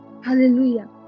hallelujah